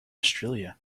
australia